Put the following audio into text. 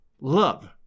love